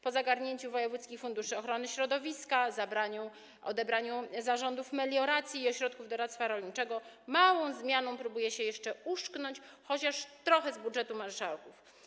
Po zagarnięciu wojewódzkich funduszy ochrony środowiska, odebraniu zarządów melioracji i ośrodków doradztwa rolniczego małą zmianą próbuje się jeszcze uszczknąć chociaż trochę z budżetu marszałków.